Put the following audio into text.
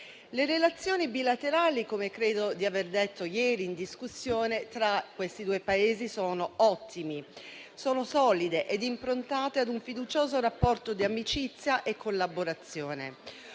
Le relazioni bilaterali - come credo di aver detto ieri in discussione generale - tra questi due Paesi sono ottime, solide e improntate ad un fiducioso rapporto di amicizia e collaborazione.